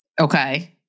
Okay